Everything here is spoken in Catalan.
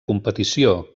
competició